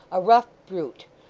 a rough brute.